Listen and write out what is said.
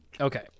Okay